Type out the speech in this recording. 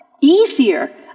easier